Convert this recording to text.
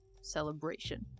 celebration